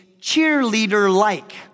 cheerleader-like